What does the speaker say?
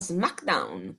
smackdown